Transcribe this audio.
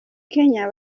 kenya